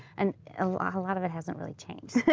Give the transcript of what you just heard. and a lot lot of it hasn't really changed.